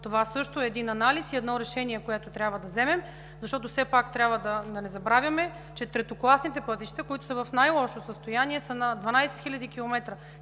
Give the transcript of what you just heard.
Това също е един анализ и едно решение, което трябва да вземем. Не трябва да забравяме, че третокласните пътища, които са в най-лошо състояние, са 12 хил. км.